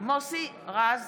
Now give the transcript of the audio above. מוסי רז,